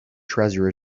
treasure